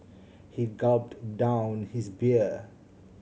he gulped down his beer